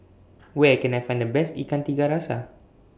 Where Can I Find The Best Ikan Tiga Rasa